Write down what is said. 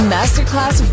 Masterclass